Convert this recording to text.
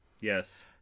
Yes